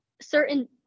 certain